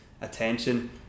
attention